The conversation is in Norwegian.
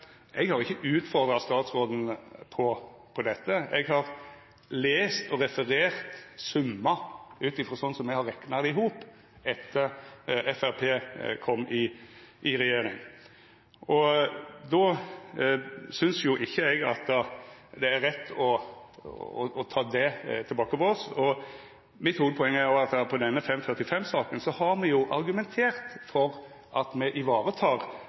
Eg har ikkje utfordra statsråden på dette; eg har lest og referert summar ut frå slik som me har rekna det i hop, etter at Framstegspartiet kom i regjering. Då synest eg ikkje det er rett å ta dette tilbake på oss. Mitt hovudpoeng er at i denne 545-saka så har me jo argumentert for at me